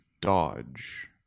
dodge